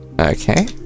Okay